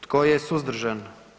Tko je suzdržan?